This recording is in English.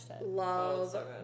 love